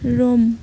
Rome